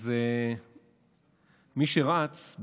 אז מי שרץ,